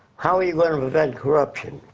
how are you going to prevent corruption,